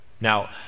Now